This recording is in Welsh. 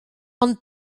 ond